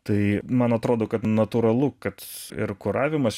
tai man atrodo kad natūralu kad ir kuravimas